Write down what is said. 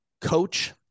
coach